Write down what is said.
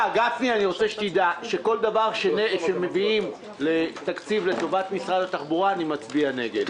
רוצה שתדע שבכל דבר שיביאו תקציב לטובת משרד התחבורה אצביע נגד,